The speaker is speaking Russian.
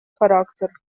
характер